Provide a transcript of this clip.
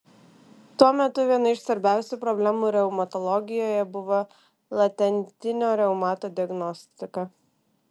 tuo metu viena iš svarbiausių problemų reumatologijoje buvo latentinio reumato diagnostika